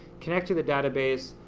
connect to the database,